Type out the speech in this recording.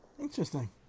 Interesting